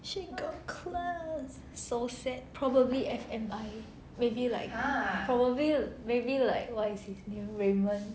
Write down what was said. she got class so sad probably F_M_I maybe like probably maybe like what is his name raymond